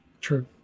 True